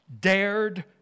dared